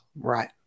Right